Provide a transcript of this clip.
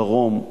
דרום,